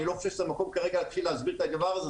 אני לא חושב שזה המקום כרגע להתחיל להסביר את זה.